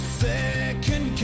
second